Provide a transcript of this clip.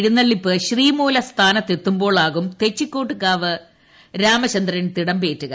എഴുന്നള്ളിപ്പ് ശ്രീമൂലസ്ഥാനത്ത് എത്തുമ്പോൾ ആകും തെച്ചിക്കോട്ടുകാവ് രാമചന്ദ്രൻ തിടമ്പേറ്റുക